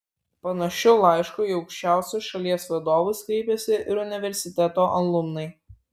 panašiu laišku į aukščiausius šalies vadovus kreipėsi ir universiteto alumnai